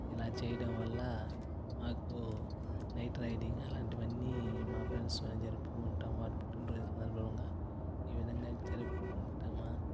ఇలా చేయడం వల్ల మాకు నైట్ రైడింగ్ అలాంటివన్నీ మా ఫ్రెండ్స్ మేం జరుపుకుంటాము వారి పుట్టినరోజు సందర్భంగా ఈ విధంగా జరుపుకుంటూ మా